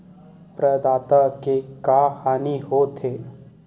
प्रदाता के का हानि हो थे?